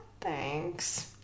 thanks